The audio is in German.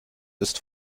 ist